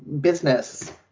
business